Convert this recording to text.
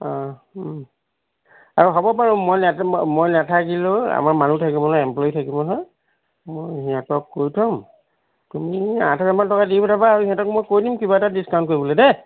আৰু হ'ব পাৰোঁ মই মই নাথাকিলেও আমাৰ মানুহ থাকিব নহয় এমপ্লয়ী থাকিব নহয় মই সিহঁতক কৈ থ'ম তুমি আঠ হাজাৰমান টকা দি পঠাবা আৰু সিহঁতক মই কৈ দিম কিবা এটা ডিছকাউণ্ট কৰিবলৈ দেই